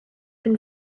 been